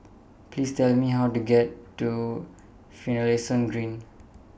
Please Tell Me How to get to Finlayson Green